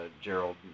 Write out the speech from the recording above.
gerald